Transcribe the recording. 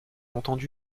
entendu